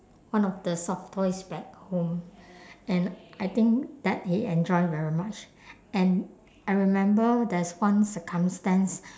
one of the soft toys back home and I think that he enjoy very much and I remember there's one circumstance